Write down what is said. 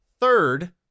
third